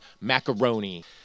Macaroni